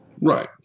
Right